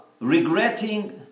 regretting